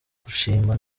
gushima